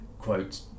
quote